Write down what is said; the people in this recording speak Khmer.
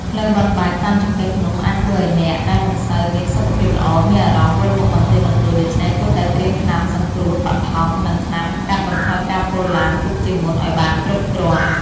ផ្លូវបត់បែនតាមចង្កេះភ្នំអាចធ្វើឱ្យអ្នកដែលមិនសូវមានសុខភាពល្អមានអារម្មណ៍វិលមុខបន្តិចបន្តួចដូច្នេះគួរតែត្រៀមថ្នាំសង្គ្រោះបឋម និង ថ្នាំកាត់បន្ថយការពុលឡានទុកជាមុនឱ្យបានគ្រប់គ្រាន់។